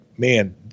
Man